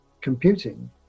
computing